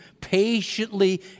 patiently